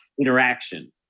interaction